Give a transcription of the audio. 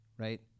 Right